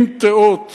אם תיאות